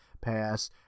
pass